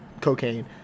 cocaine